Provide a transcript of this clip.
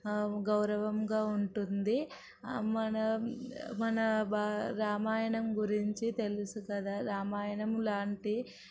గౌరవంగా ఉంటుంది మన మన బా రామాయణం గురించి తెలుసు కదా రామాయణము లాంటి